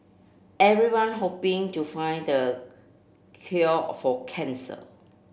everyone hoping to find the cure for cancer